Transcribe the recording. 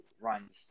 runs